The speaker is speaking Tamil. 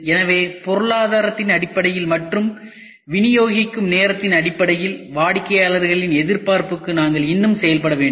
எனவே பொருளாதாரத்தின் அடிப்படையில் மற்றும் வினியோகிக்கும் நேரத்தின் அடிப்படையில் வாடிக்கையாளரின் எதிர்பார்ப்புக்கு நாங்கள் இன்னும் செயல்பட வேண்டும்